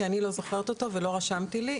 כי אני לא זוכרת אותו לא רשמתי לי,